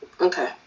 okay